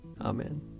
Amen